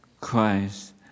Christ